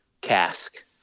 cask